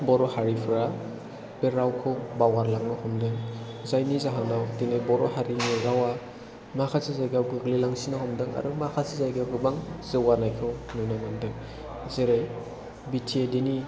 बर' हारिफोरा रावखौ बावगारलांनो हमदों जायनि जाहोनाव दिनै बर' हारिनि रावआ माखासे जायगायाव गोग्लैलांसिननो हमदों आरो माखासे जायगायाव गोबां जौगानायखौ नुनो मोनदों जेरै बि टि ए डि नि